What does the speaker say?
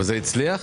זה הצליח?